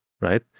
Right